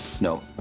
No